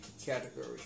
category